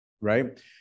right